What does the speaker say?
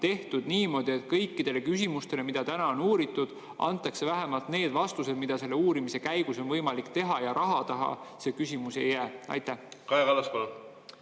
tehtud niimoodi, et kõikidele küsimustele, mida täna on uuritud, antakse vähemalt need vastused, mida selle uurimise käigus on võimalik teha, ja et raha taha see küsimus ei jää? Kaja